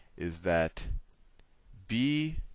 is that b